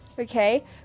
Okay